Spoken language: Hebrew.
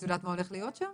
את יודעת מה הולך להיות שם?